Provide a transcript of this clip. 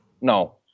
No